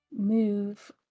move